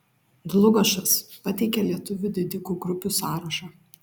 dlugošas pateikia lietuvių didikų grupių sąrašą